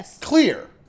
clear